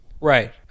Right